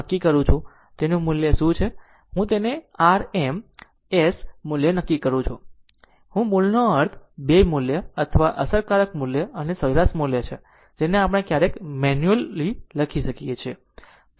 તેથી આ રીતથી તે શોધી શકાય છે કે I 2 કરું છું તેનું મૂલ્ય શું છે અને હું તેને આર એમ S મૂલ્ય તરીકે ઓળખું છું મૂળનો અર્થ 2 મૂલ્ય અથવા અસરકારક મૂલ્ય અને સરેરાશ મૂલ્ય છે જેને આપણે ક્યારેક મીન્યુઅલ વેલ્યુ લખીએ